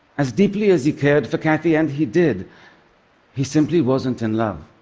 as deeply as he cared for kathy and he did he simply wasn't in love.